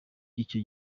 icyo